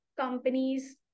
companies